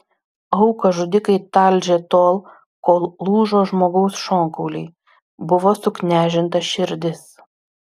auką žudikai talžė tol kol lūžo žmogaus šonkauliai buvo suknežinta širdis